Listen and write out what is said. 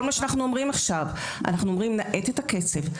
כל מה שאנחנו אומרים עכשיו זה: נאט את הקצב,